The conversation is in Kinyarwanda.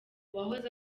uwahoze